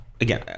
again